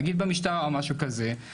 נגיד במשטרה או משהו כזה,